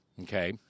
Okay